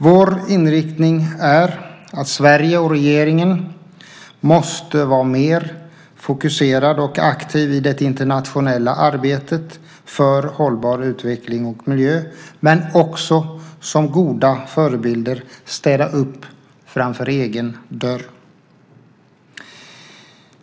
Vår inriktning är att Sverige och regeringen måste vara mer fokuserade och aktiva i det internationella arbetet för en hållbar utveckling och miljö, men vi måste också som goda förebilder städa upp framför egen dörr.